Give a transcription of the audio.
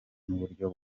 n’uburyo